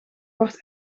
wordt